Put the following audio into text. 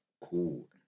Cool